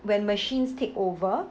when machines take over